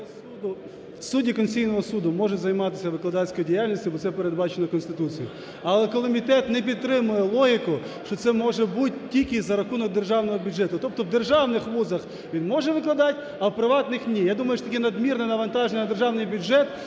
Судді Конституційного Суду можуть займатися викладацькою діяльністю, бо це передбачено Конституцією. Але комітет не підтримує логіку, що це може бути тільки за рахунок державного бюджету. Тобто в державних вузах він може викладати, а в приватних ні. Я думаю, що таке надмірне навантаження на державний бюджет